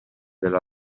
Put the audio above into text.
della